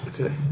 okay